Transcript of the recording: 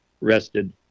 rested